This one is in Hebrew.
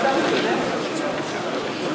לדיון מוקדם בוועדה שתקבע ועדת הכנסת נתקבלה.